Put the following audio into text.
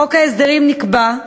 בחוק ההסדרים נקבעו,